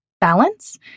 balance